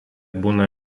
būna